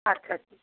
আচ্ছা আচ্ছা